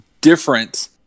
different